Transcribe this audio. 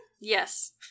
Yes